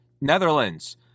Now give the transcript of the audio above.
Netherlands